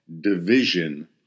division